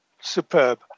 Superb